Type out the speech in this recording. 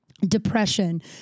depression